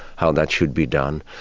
how that should be done.